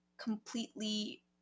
completely